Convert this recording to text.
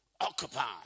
Occupy